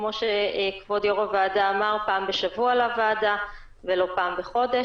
כמו שכבוד יו"ר הוועדה אמר: פעם בשבוע לוועדה ולא פעם בחודש,